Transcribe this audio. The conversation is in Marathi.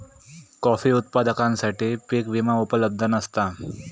कॉफी उत्पादकांसाठी पीक विमा उपलब्ध नसता